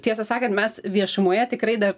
tiesą sakant mes viešumoje tikrai dar